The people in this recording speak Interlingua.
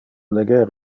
leger